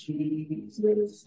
Jesus